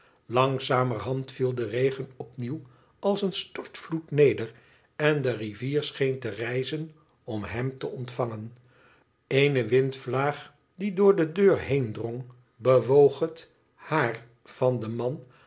langzamerhand viel de regen opnieuw als een stortvloed neder en de rivier scheen te rijzen om hem te ontvangen eene windvlaag die door de deur heendrong bewoog het haar van den man